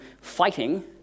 fighting